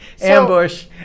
ambush